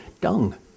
dung